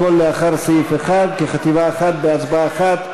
הכול לאחר סעיף 1, כחטיבה אחת, בהצבעה אחת.